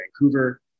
Vancouver